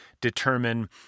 determine